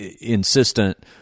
insistent